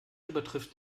übertrifft